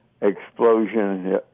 explosion